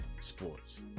sports